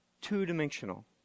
two-dimensional